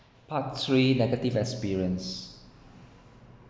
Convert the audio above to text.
part three negative experience